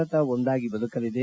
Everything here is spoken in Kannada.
ಭಾರತ ಒಂದಾಗಿ ಬದುಕಲಿದೆ